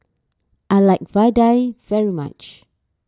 I like Vadai very much